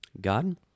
God